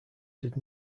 did